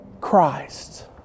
Christ